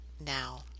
now